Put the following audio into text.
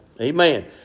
Amen